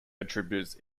attributes